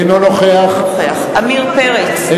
אינו נוכח עמיר פרץ,